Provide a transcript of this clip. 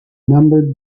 numbered